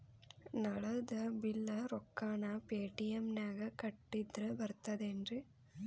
ನಳದ್ ಬಿಲ್ ರೊಕ್ಕನಾ ಪೇಟಿಎಂ ನಾಗ ಕಟ್ಟದ್ರೆ ಬರ್ತಾದೇನ್ರಿ?